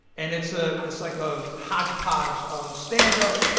and it's ah it's like a hodgepodge of stand-up,